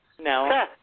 No